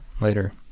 later